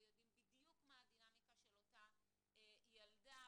ויודעים בדיוק מה הדינמיקה של אותה ילדה,